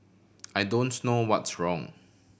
I don't know what's wrong